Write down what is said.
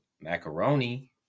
macaroni